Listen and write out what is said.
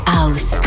House